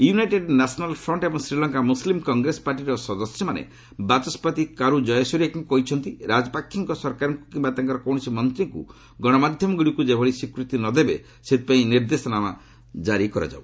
United national ଫ୍ରିଣ୍ଣ ଏବଂ ଶ୍ରୀଲଙ୍କା ମୁସଲିମ୍ କଂଗ୍ରେସ ପାର୍ଟିର ସଦସ୍ୟମାନେ ବାଚସ୍କତି କାରୁ ଜୟସୁରିୟାଙ୍କୁ କହିଛନ୍ତି ରାଜପାକ୍ଷେଙ୍କ ସରକାରକୁ କିମ୍ବା ତାଙ୍କର କୌଣସି ମନ୍ତ୍ରୀଙ୍କୁ ଗଣମାଧ୍ୟମଗୁଡ଼ିକ ଯେଭଳି ସ୍ୱୀକୃତି ନ ଦେବେ ସେଥିପାଇଁ ନିର୍ଦ୍ଦେଶନାମା କାରି କରାଯାଉ